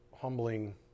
humbling